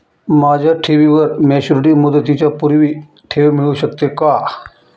माझ्या ठेवीवर मॅच्युरिटी मुदतीच्या पूर्वी ठेव मिळू शकते का?